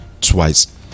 twice